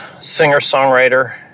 singer-songwriter